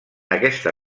aquesta